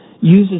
uses